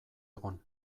egon